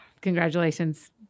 Congratulations